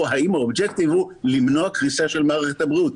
או האם ה-objective הוא למנוע קריסה של מערכת הבריאות?